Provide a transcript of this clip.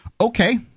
Okay